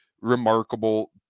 remarkable